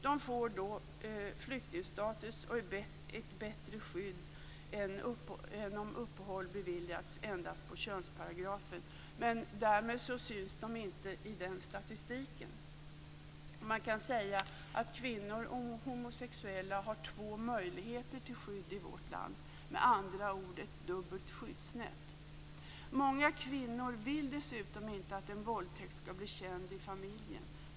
De får flyktingstatus och ett bättre skydd än om uppehåll beviljats endast enligt könsparagrafen, men därmed syns de inte i den statistiken. Man kan säga att kvinnor och homosexuella har två möjligheter till skydd i vårt land, med andra ord ett dubbelt skyddsnät. Många kvinnor vill dessutom inte att en våldtäkt skall bli känd i familjen.